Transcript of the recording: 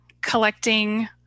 collecting